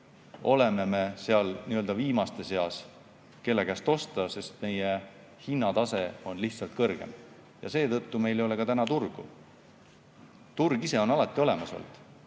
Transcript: oleme me seal viimaste seas, kelle käest osta, sest meie hinnatase on lihtsalt kõrgem. Seetõttu ei ole meil ka turgu. Kuigi turg ise on ju alati olemas